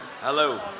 Hello